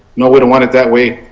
know we don't want it that way.